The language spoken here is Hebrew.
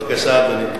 בבקשה, אדוני.